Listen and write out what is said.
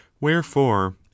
wherefore